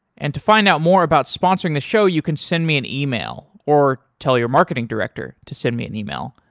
and to find out more about sponsoring the show, you can send me an email or tell your marketing director to send me an email,